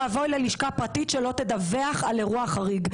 ואבוי ללשכה פרטית שלא תדווח על אירוע חריג,